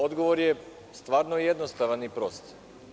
Odgovor je stvarno jednostavan i prost.